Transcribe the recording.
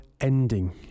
ending